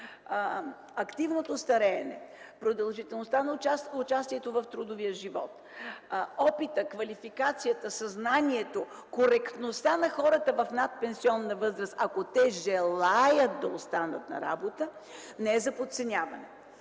активното стареене, продължителността на участието в трудовия живот, опитът, квалификацията, съзнанието, коректността на хората в надпенсионна възраст, ако те желаят да останат на работа, не са за подценяване.